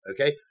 okay